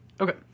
Okay